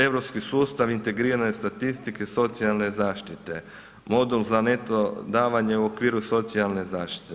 Europski sustav integrirane statistike, socijalne zaštite, model za neto davanje u okviru socijalne zaštite.